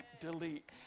delete